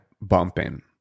bumping